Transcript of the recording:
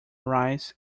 rice